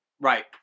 Right